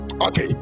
okay